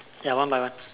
ya one by one